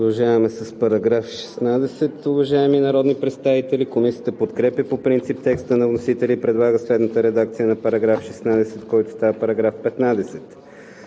Продължаваме с § 16, уважаеми народни представители. Комисията подкрепя по принцип текста на вносителя и предлага следната редакция на § 16. който става § 15: „§ 15.